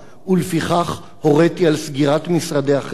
ולפיכך הוריתי על סגירת משרדי החברה".